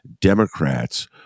Democrats